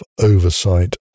oversight